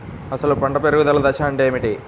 అసలు పంట పెరుగుదల దశ అంటే ఏమిటి?